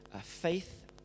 Faith